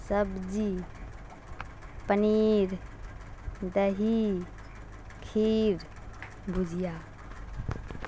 سبزی پنیر دہی کھیر بھجیا